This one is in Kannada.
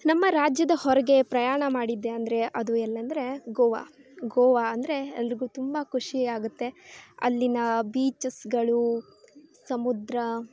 ನಮ್ಮ ರಾಜ್ಯದ ಹೊರಗೆ ಪ್ರಯಾಣ ಮಾಡಿದ್ದೆ ಅಂದರೆ ಅದು ಎಲ್ಲ ಅಂದ್ರೆ ಗೋವಾ ಗೋವಾ ಅಂದರೆ ಎಲ್ರಿಗೂ ತುಂಬ ಖುಷಿಯಾಗುತ್ತೆ ಅಲ್ಲಿನ ಬೀಚಸ್ಗಳು ಸಮುದ್ರ